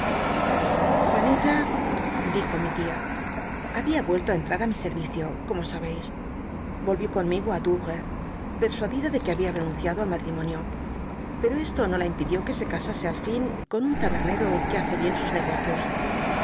juanita dijo mi tia babia mello á entrar á mi servicio como sabeis volvió conmigo tí douvrcs persuadida de que babia renunciado al ma biblioteca nacional de españa da vid copperfield tl'imonio pero esto no la impidió que se casase al fin con un tabernero que hace bien sus negocios